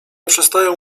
przestają